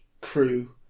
crew